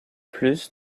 plus